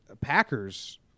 Packers